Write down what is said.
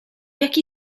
jaki